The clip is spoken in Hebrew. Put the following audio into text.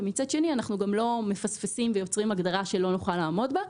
ומצד שני אנחנו גם לא מפספסים ויוצרים הגדרה שלא נוכל לעמוד בה.